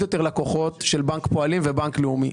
יותר לקוחות של בנק הפועלים ובניק לאומי.